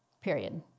Period